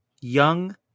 Young